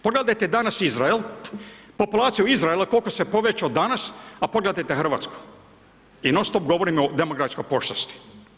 Pogledajte danas Izrael, populacija Izraela koliko se povećao danas, a pogledajte RH i non sto govorimo o demografskoj pošasti.